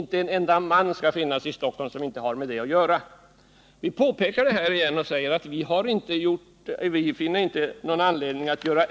Inte en enda man skall finnas i Stockholm som inte har med försäljningen att göra.